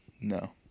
No